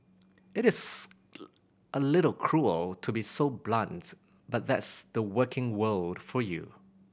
it is a little cruel to be so blunt but that's the working world for you